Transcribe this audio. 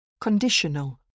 Conditional